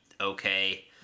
okay